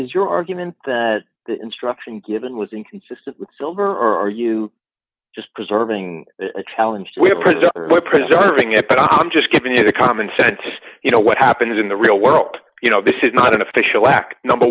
is your argument that instruction given was inconsistent with silver or are you just preserving a challenge we have preserved we're preserving it but i'm just giving you the common sense you know what happens in the real world you know this is not an official act number